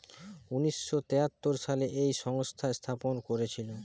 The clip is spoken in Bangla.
উনিশ শ তেয়াত্তর সালে এই সংস্থা স্থাপন করেছিল